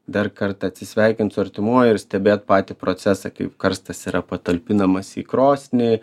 dar kartą atsisveikint su artimuoju ir stebėt patį procesą kaip karstas yra patalpinamas į krosnį